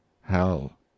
Hell